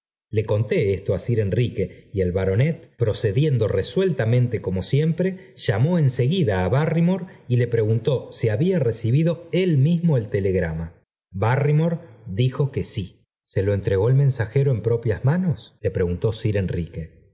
le conté esto á sir enrique y el baronet procediendo resueltamente como siempre llamó en seguida á barrymore y le preguntó si había recibido él mismo el telegrama barrymore dijo que sí se lo entregó el mensajero en propias manos le preguntó sir enrique